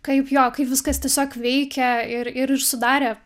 kaip jo kaip viskas tiesiog veikia ir ir i sudarė